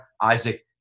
isaac